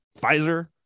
Pfizer